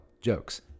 jokes